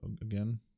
again